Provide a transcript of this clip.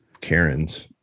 Karen's